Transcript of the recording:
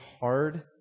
hard